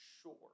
sure